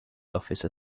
officer